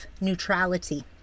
neutrality